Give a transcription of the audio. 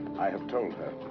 i have told her.